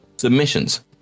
Submissions